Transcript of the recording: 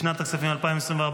לשנת הכספים 2024,